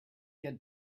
get